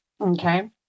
okay